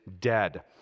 dead